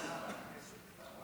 תודה, אדוני היושב בראש.